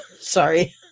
sorry